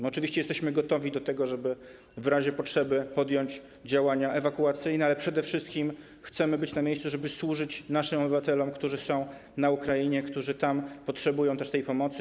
My oczywiście jesteśmy gotowi do tego, żeby w razie potrzeby podjąć działania ewakuacyjne, ale przede wszystkim chcemy być na miejscu, żeby służyć naszym obywatelom, którzy są na Ukrainie, którzy tam też potrzebują pomocy.